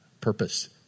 purpose